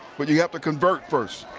but you you have to convert first.